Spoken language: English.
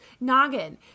Noggin